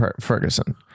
Ferguson